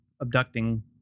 abducting